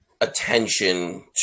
attention